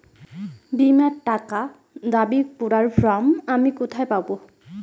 বীমার টাকা দাবি করার ফর্ম আমি কোথায় পাব?